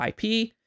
IP